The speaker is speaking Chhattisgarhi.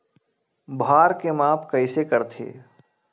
भार के माप कइसे करथे?